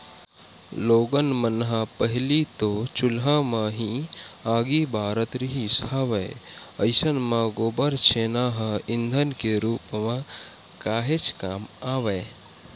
लोगन मन ह पहिली तो चूल्हा म ही आगी बारत रिहिस हवय अइसन म गोबर छेना ह ईधन के रुप म काहेच काम आवय